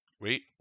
Wait